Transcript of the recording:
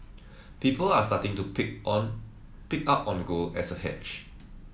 people are starting to pick on pick up on gold as a hedge